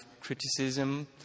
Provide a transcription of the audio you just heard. criticism